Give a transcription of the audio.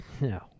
No